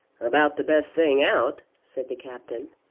about the best thing out, said the captain.